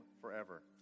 forever